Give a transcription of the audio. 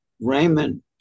Raymond